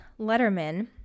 Letterman